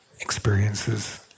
Experiences